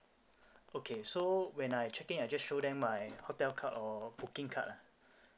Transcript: okay so when I check in I just show them my hotel card or booking card ah